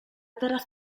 teraz